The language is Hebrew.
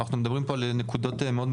את האנרגיות הירוקות.